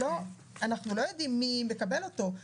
שאנחנו לא יודעים מי מקבל אותו,